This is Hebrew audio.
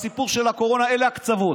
בסיפור של הקורונה אלה הקצוות,